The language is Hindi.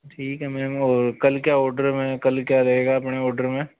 ठीक है मैम और कल क्या ऑर्डर में कल क्या रहेगा आपने ऑर्डर में